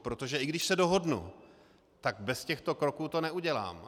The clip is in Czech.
Protože i když se dohodnu, tak bez těchto kroků to neudělám.